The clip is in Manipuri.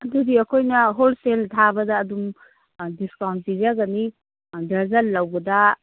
ꯑꯗꯨꯗꯤ ꯑꯩꯈꯣꯏꯅ ꯍꯣꯜꯁꯦꯜ ꯊꯥꯕꯗ ꯑꯗꯨꯝ ꯗꯤꯁꯀꯥꯎꯟ ꯄꯤꯖꯒꯅꯤ ꯗꯔꯖꯟ ꯂꯧꯕꯗ